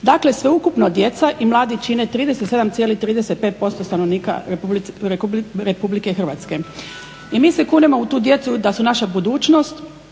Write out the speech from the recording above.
Dakle, sveukupno djeca i mladi čine 37,35 % stanovnika Republike Hrvatske. I mi se kunemo u tu djecu da su naša budućnosti